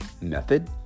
method